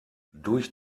durch